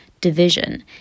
division